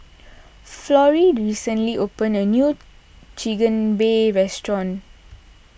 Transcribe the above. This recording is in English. Florie recently opened a new Chigenabe restaurant